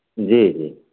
जी जी